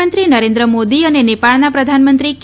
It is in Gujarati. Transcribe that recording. પ્રધાનમંત્રી નરેન્ન મોદી અને નેપાળના પ્રધાનમંત્રી કે